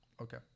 Okay